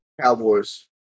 Cowboys